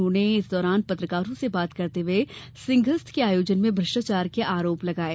उन्होंने इस दौरान पत्रकारों से बात करते हुए सिंहस्थ के आयोजन में भ्रष्टाचार के आरोप लगाये